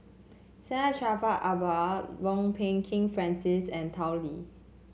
Syed Jaafar Albar Kwok Peng Kin Francis and Tao Li